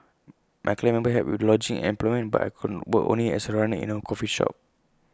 my clan members helped with lodging and employment but I could work only as A runner in A coffee shop